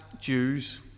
Jews